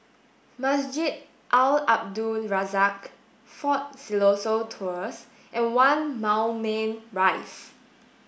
Masjid Al Abdul Razak Fort Siloso Tours and One Moulmein Rise